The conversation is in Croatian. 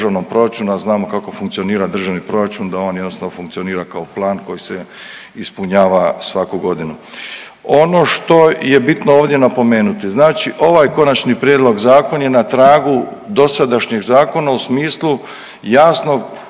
znamo kako funkcionira državni proračun da on jasno funkcionira kao plan koji se ispunjava svaku godinu. Ono što je bitno ovdje napomenuti, znači ovaj Konačni prijedlog zakona je na tragu dosadašnjeg zakona u smislu jasnog opredjeljenja